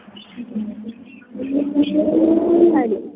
खरी